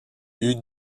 eut